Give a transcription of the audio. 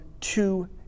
two